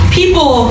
people